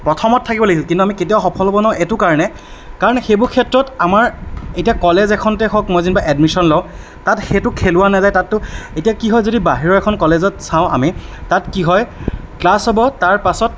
প্ৰথমত থাকিব লাগিছিল কিন্তু আমি কেতিয়াও সফল হ'ব নোৱাৰোঁ এইটো কাৰণেই কাৰণ সেইবোৰ ক্ষেত্ৰত আমাৰ এতিয়া কলেজ এখনতেই হওক মই যেনিবা এডমিশ্বন লওঁ তাত সেইটো খেলোৱা নাযায় তাতটো এতিয়া কি হয় বাহিৰৰ এখন কলেজত চাওঁ আমি তাত কি হয় ক্লাছ হ'ব তাৰ পাছত